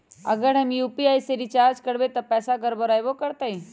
अगर हम यू.पी.आई से रिचार्ज करबै त पैसा गड़बड़ाई वो करतई?